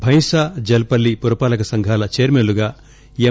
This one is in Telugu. బైంసా జల్ పల్లి పురపాలక సంఘాల చైర్మెన్ లుగా ఎం